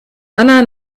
anna